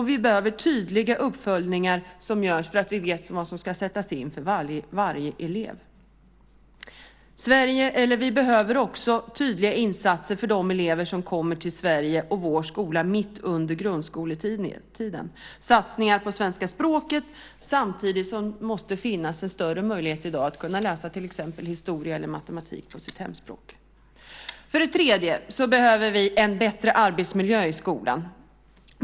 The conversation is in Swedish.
Vi behöver tydliga uppföljningar som görs så att vi vet vad som ska sättas in för varje elev. Vi behöver också tydliga insatser för de elever som kommer till Sverige och vår skola mitt under grundskoletiden. Satsningar på svenska språket ska göras. Samtidigt måste det finnas en större möjlighet än i dag att kunna läsa till exempel historia eller matematik på sitt hemspråk. För det tredje behöver vi en bättre arbetsmiljö i skolan.